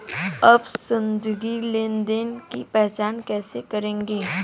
आप संदिग्ध लेनदेन की पहचान कैसे करेंगे?